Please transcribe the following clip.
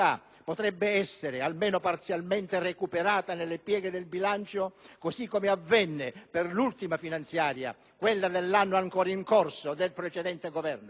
recuperata, almeno parzialmente, nelle pieghe del bilancio, così come avvenne per l'ultima finanziaria, quella dell'anno ancora in corso, del precedente Governo.